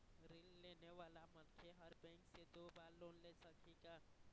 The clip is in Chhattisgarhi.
ऋण लेने वाला मनखे हर बैंक से दो बार लोन ले सकही का?